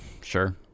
sure